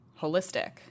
holistic